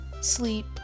sleep